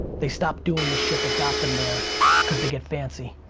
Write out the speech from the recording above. they stop doing the shit that got them there cause they get fancy.